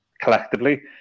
collectively